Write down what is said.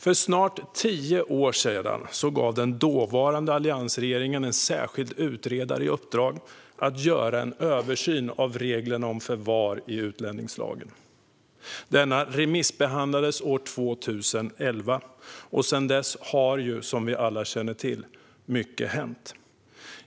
För snart tio år sedan gav den dåvarande alliansregeringen en särskild utredare i uppdrag att göra en översyn av reglerna om förvar i utlänningslagen. Denna remissbehandlades år 2011, och sedan dess har ju, som vi alla känner till, mycket hänt.